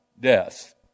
Death